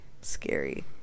Scary